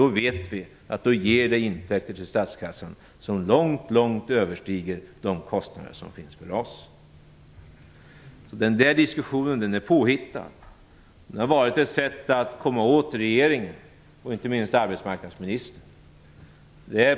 Vi vet att det ger intäkter till statskassan som långt, långt överstiger de kostnader som finns för RAS. Diskussionen är påhittad. Den har varit ett sätt att komma åt regeringen och inte minst arbetsmarknadsministern.